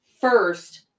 first